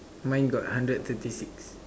mine got hundred fifty six